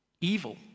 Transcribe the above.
evil